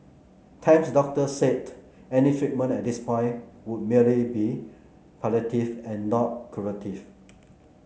Tam's doctor said any treatment at this point would merely be palliative and not curative